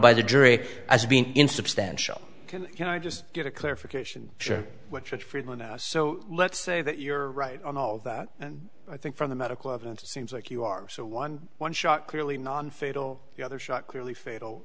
by the jury as being insubstantial can i just get a clarification sure which so let's say that you're right on that and i think from the medical evidence seems like you are so one one shot clearly non fatal the other shot clearly fatal